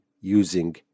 using